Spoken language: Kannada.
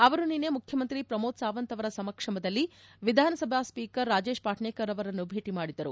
ಅವರು ನಿನ್ನೆ ಮುಖ್ಯಮಂತ್ರಿ ಪ್ರಮೋದ್ ಸಾವಂತ್ ಅವರ ಸಮಕ್ಷಮದಲ್ಲಿ ವಿಧಾನಸಭೆಯ ಸ್ವೀಕರ್ ರಾಜೇಶ್ ಪಾಟ್ವೇಕರ್ ಅವರನ್ನು ಭೇಟಿ ಮಾಡಿದ್ದರು